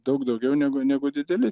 daug daugiau negu negu dideli